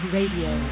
Radio